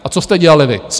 A co jste dělali vy?